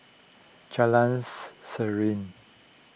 Jalans Serene